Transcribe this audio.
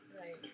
Right